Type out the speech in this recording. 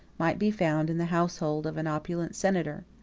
might be found in the household of an opulent senator.